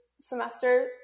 semester